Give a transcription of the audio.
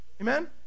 Amen